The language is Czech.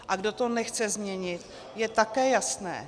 A kdo to nechce změnit, je také jasné.